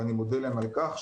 ואני מודה להם על כך,